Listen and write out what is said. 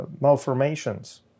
malformations